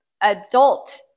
adult